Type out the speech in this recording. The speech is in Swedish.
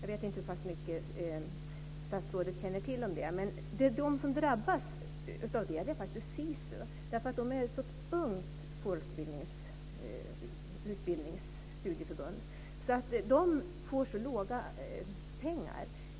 Jag vet inte hur pass mycket statsrådet känner till om det, men till dem som drabbas hör faktiskt SISU. Eftersom man är ett ungt studieförbund får man små anslag.